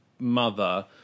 mother